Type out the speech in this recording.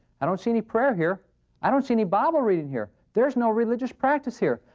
i don't see any prayer here i don't see any bible reading here there's no religious practice here!